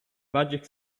magic